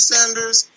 Sanders